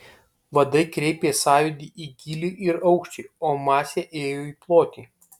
vadai kreipė sąjūdį į gylį ir aukštį o masė ėjo į plotį